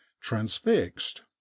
transfixed